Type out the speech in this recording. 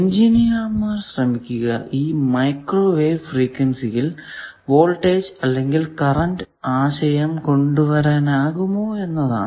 എഞ്ചിനീർമാർ ശ്രമിക്കുക ഈ microwave ഫ്രീക്വെൻസിയിൽവോൾടേജ് അല്ലെങ്കിൽ കറന്റ് എന്ന ആശയം കൊണ്ടുവരാനാകുമോ എന്നാണ്